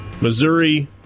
Missouri